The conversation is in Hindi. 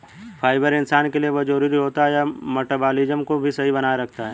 फाइबर इंसान के लिए बहुत जरूरी होता है यह मटबॉलिज़्म को भी सही बनाए रखता है